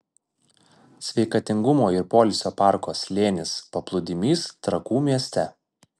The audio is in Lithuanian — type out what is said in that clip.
sveikatingumo ir poilsio parko slėnis paplūdimys trakų mieste